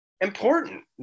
important